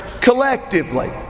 collectively